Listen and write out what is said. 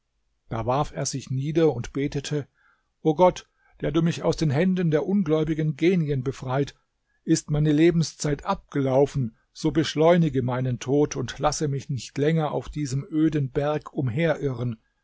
da warf er sich nieder und betete o gott der du mich aus den händen der ungläubigen genien befreit ist meine lebenszeit abgelaufen so beschleunige meinen tod und lasse mich nicht länger auf diesem öden berg umherirren